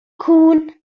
cŵn